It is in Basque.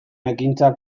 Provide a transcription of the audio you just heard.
ekintzak